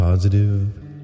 Positive